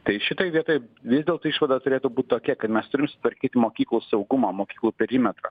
tai šitoj vietoj vis dėlto išvada turėtų būt tokia kad mes turim sutvarkyt mokyklų saugumą mokyklų perimetrą